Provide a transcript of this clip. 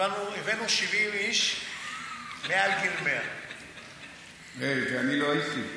הבאנו 70 איש מעל גיל 100. היי, ואני לא הייתי.